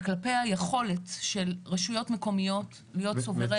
וכלפי היכולת של רשויות מקומיות להיות סוברניות.